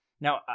Now